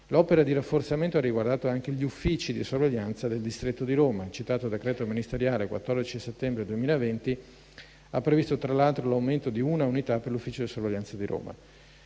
L'opera di rafforzamento ha riguardato anche gli uffici di sorveglianza del distretto di Roma. Il citato decreto ministeriale 14 settembre 2020 ha previsto, tra l'altro, l'aumento di una unità per l'ufficio di sorveglianza di Roma.